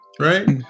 right